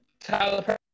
Tyler